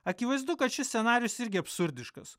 akivaizdu kad šis scenarijus irgi absurdiškas